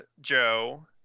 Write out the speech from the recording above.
Joe